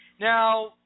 Now